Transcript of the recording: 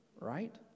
right